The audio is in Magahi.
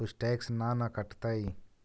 कुछ टैक्स ना न कटतइ?